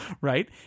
right